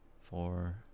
four